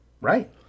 right